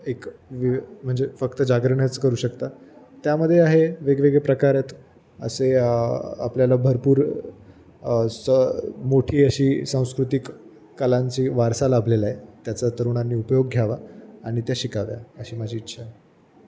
एक वि म्हणजे फक्त जागरणच करू शकता त्यामध्ये आहे वेगवेगळे प्रकार आहेत असे आपल्याला भरपूर स मोठी अशी सांस्कृतिक कलांची वारसा लाभलेला आहे त्याचा तरुणांनी उपयोग घ्यावा आणि त्या शिकाव्या अशी माझी इच्छा आहे